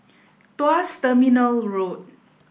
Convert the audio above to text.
Tuas Terminal Road